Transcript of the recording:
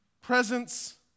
presence